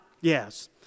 Yes